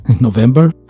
November